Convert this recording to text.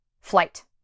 flight